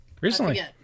Recently